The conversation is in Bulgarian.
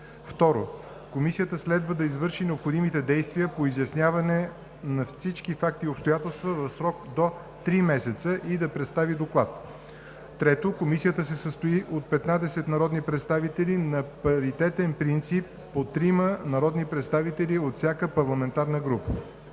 2. Комисията следва да извърши необходимите действия по изясняване на всички факти и обстоятелства в срок до три месеца и да представи доклад. 3. Комисията се състои от 15 народни представители на паритетен принцип, по трима народни представители от всяка парламентарна група.